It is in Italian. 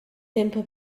tempo